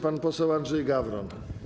Pan poseł Andrzej Gawron.